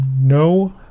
no